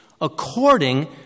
according